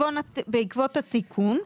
בעקבות התיקון,